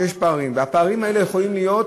כשיש פערים, הפערים האלה יכולים להיות,